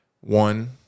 one